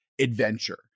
adventure